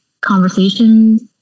conversations